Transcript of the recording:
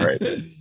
right